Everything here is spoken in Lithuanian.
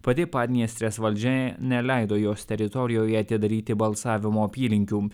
pati padniestrės valdžia neleido jos teritorijoje atidaryti balsavimo apylinkių